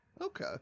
Okay